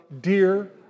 dear